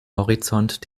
horizont